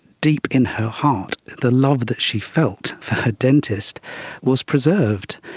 deep in her heart the love that she felt for her dentist was preserved.